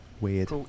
weird